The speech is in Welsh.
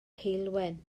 heulwen